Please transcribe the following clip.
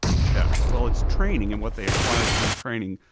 chess? well, it's training and what they acquire through training,